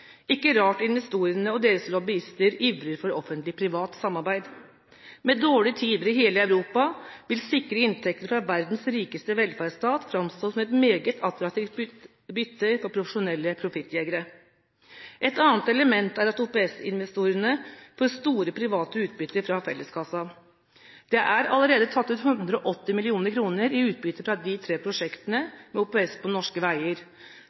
Ikke rart investorene og deres lobbyister ivrer for offentlig–privat samarbeid. Med dårlige tider i hele Europa vil sikre inntekter fra verdens rikeste velferdsstat framstå som et meget attraktivt bytte for profesjonelle profittjegere. Et annet element er at OPS-investorene får store private utbytter fra felleskassen. Det er allerede tatt ut 180 mill. kr i utbytte fra de tre prosjektene med OPS på norske veier